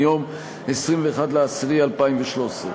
מיום 21 באוקטובר 2013,